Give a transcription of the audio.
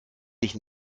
dich